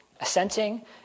assenting